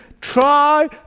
try